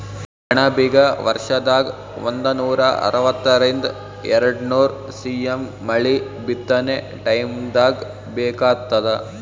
ಸೆಣಬಿಗ ವರ್ಷದಾಗ್ ಒಂದನೂರಾ ಅರವತ್ತರಿಂದ್ ಎರಡ್ನೂರ್ ಸಿ.ಎಮ್ ಮಳಿ ಬಿತ್ತನೆ ಟೈಮ್ದಾಗ್ ಬೇಕಾತ್ತದ